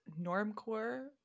normcore